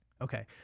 Okay